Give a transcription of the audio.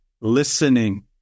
listening